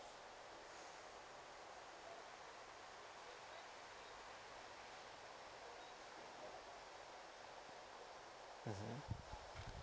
mmhmm